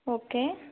okay